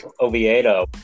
Oviedo